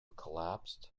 collapsed